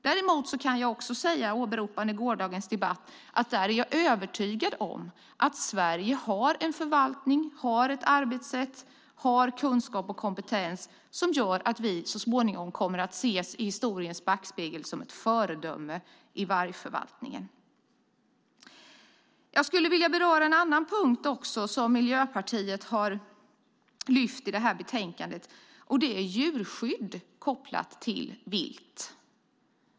Däremot är jag övertygad om, åberopande gårdagens debatt, att Sverige har en förvaltning, ett arbetssätt och kunskap och kompetens som gör att vi så småningom kommer att ses som ett föredöme i historiens backspegel vad gäller vargförvaltning. Jag skulle vilja beröra en annan punkt som Miljöpartiet har lyft fram i betänkandet. Det är djurskydd kopplat till vilt.